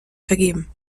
vergeben